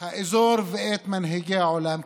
האזור ואת מנהיגי העולם.